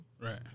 Right